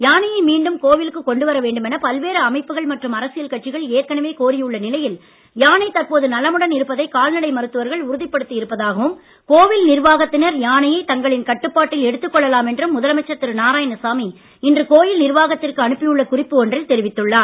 யானையை மீண்டும் கோவிலுக்கு கொண்டு வர வேண்டும் என பல்வேறு அமைப்புகள் மற்றும் அரசியல் கட்சிகள் ஏற்கனவே கோரி உள்ள நிலையில் யானை தற்போது நலமுடன் இருப்பதை கால்நடை மருத்துவர்கள் உறுதிப்படுத்தி இருப்பதாகவும் கோவில் நிர்வாகத்தினர் யானையை தங்களின் கட்டுப்பாட்டில் எடுத்துக் கொள்ளலாம் என்றும் முதலமைச்சர் திரு நாராயணசாமி இன்று கோவில் நிர்வாகத்திற்கு அனுப்பி உள்ள குறிப்பு ஒன்றில் தெரிவித்துள்ளார்